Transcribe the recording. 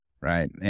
right